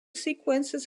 sequences